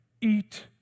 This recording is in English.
Eat